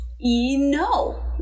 No